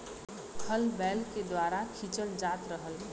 हल बैल के द्वारा खिंचल जात रहल